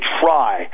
try